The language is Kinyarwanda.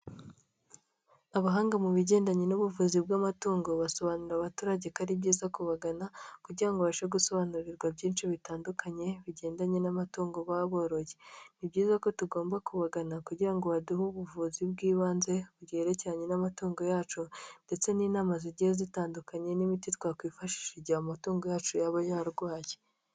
Abahanga mu bigendanye n'ubuvuzi bw'amatungo basobanurira abaturage ko ari byiza kubagana kugira ngo babashe gusobanurirwa byinshi bitandukanye bigendanye n'amatungo bababoroye. Ni byiza ko tugomba kubagana kugira ngo baduhe ubuvuzi bw'ibanze, bwerekeranye n'amatungo yacu ndetse n'inama zigiye zitandukanye n'imiti twakwifashishije igihe amatungo yacu yaba yarwaye.